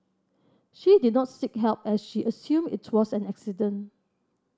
she did not seek help as she assumed it was an accident